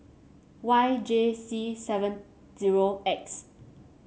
Y J C seven zero X